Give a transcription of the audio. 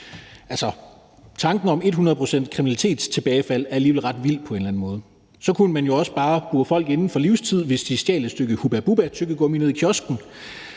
Altså, tanken om 100 pct. kriminalitetsreduktion er alligevel ret vild på en eller anden måde. Så kunne man jo også bare bure folk inde for livstid, hvis de stjal et stykke Hubba Bubba-tyggegummi nede i kiosken.